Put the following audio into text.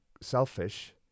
selfish